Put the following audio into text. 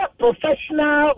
professional